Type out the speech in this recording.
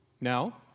Now